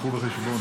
קחו בחשבון.